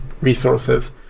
resources